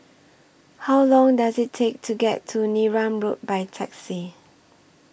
How Long Does IT Take to get to Neram Road By Taxi